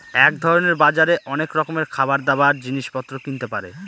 এক ধরনের বাজারে অনেক রকমের খাবার, দাবার, জিনিস পত্র কিনতে পারে